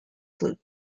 flute